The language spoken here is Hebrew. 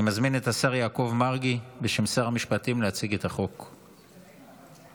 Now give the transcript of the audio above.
אני מזמין את השר יעקב מרגי להציג את החוק בשם שר המשפטים.